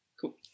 Cool